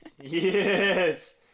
Yes